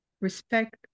respect